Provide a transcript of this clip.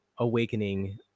awakening